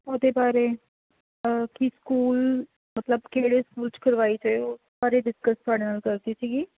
ਉਹਦੇ ਬਾਰੇ ਕੀ ਸਕੂਲ ਮਤਲਬ ਕਿਹੜੇ ਸਕੂਲ 'ਚ ਕਰਵਾਈਏ ਅਤੇ ਉਸ ਬਾਰੇ ਡਿਸਕਸ ਤੁਹਾਡੇ ਨਾਲ ਕਰਨੀ ਸੀਗੀ